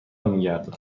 میگردم